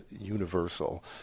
universal